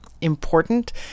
important